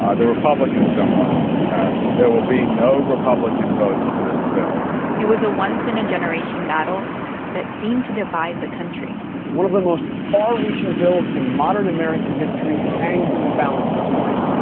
ah the republicans don't want this to pass. there will be no republican votes for this bill it was a once-in-a-generation battle that seemed to divide the country one of the most far-reaching bills in modern american history hangs in the balance this morning,